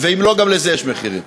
ואם לא, גם לזה יש מחירים.